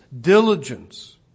diligence